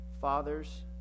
father's